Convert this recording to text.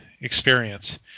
experience